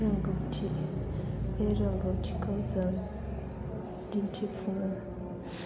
रोंगौथि बे रोंगौथिखौ जों दिन्थिफुङो